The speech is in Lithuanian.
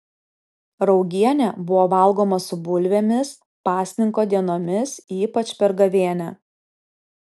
raugienė buvo valgoma su bulvėmis pasninko dienomis ypač per gavėnią